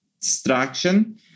distraction